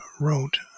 wrote